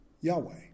Yahweh